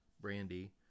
Brandy